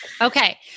Okay